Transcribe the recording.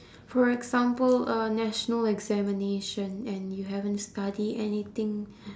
for example a national examination and you haven't study anything